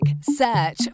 Search